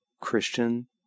Christian